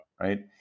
Right